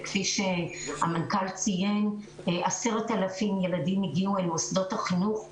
כפי שהמנכ"ל ציין 10,000 ילדים הגיעו אל מוסדות החינוך המיוחדים,